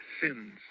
sins